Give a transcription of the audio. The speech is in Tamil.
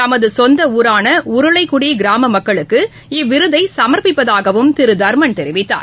தமதுசொந்தஊரானஉருளைக்குடிகிராமமக்களுக்கு இவ்விருதைசமர்ப்பிப்பதாகவும் திருதர்மன் தெரிவித்தார்